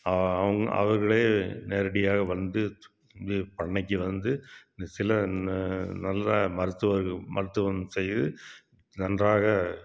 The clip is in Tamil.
அவர்களே நேரடியாக வந்து பண்ணைக்கு வந்து சில நல்ல மருத்துவர்கள் மருத்துவம் செய்து நன்றாக